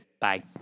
Bye